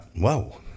whoa